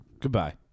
Goodbye